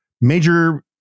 Major